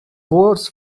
walls